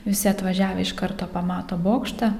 visi atvažiavę iš karto pamato bokštą